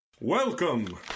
Welcome